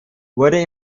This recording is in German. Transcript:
wurde